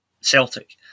Celtic